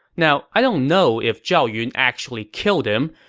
now, i don't know if zhao yun actually killed him,